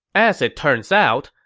as it turns out,